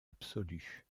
absolue